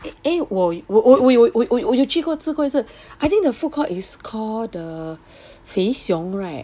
eh 我我我有我有去过吃过一次 I think the foodcourt is called the Fei-Siong right